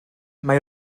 mae